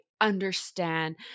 understand